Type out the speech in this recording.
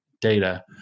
data